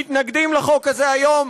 מתנגדים לחוק הזה היום,